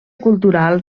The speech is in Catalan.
cultural